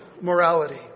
morality